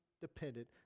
dependent